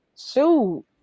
Shoot